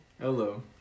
Hello